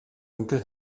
onkel